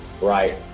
Right